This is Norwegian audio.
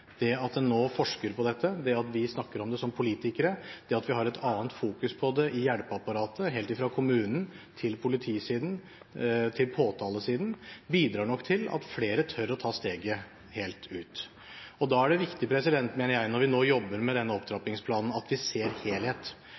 Det at en nå forsker på dette, det at vi snakker om det som politikere, det at vi har et annet fokus på det i hjelpeapparatet – helt fra kommunen til politisiden, til påtalesiden – bidrar nok til at flere tør å ta steget helt ut. Da mener jeg det er viktig når vi nå jobber med denne opptrappingsplanen, at vi ser